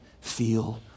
feel